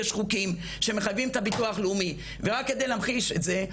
יש חוקים שמחייבים את הביטוח לאומי ורק כדי להמחיש את זה,